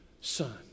son